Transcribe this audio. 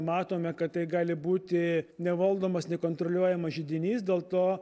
matome kad tai gali būti nevaldomas nekontroliuojamas židinys dėl to